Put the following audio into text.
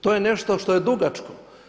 To je nešto što je dugačko.